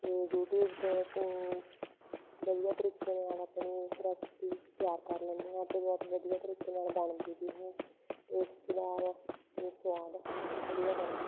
ਅਤੇ ਯੂਟਿਊਬ ਤੋਂ ਅਸੀਂ ਵਧੀਆ ਤਰੀਕੇ ਦੇ ਨਾਲ ਆਪਣੀ ਰੈਸਿਪੀ ਤਿਆਰ ਕਰ ਲੈਂਦੇ ਹਾਂ ਅਤੇ ਬਹੁਤ ਵਧੀਆ ਤਰੀਕੇ ਨਾਲ ਬਣਦੀ ਵੀ ਹੈ ਟੇਸਟਦਾਰ ਅਤੇ ਸੁਆਦ ਵਧੀਆ ਬਣਦੀ ਹੈ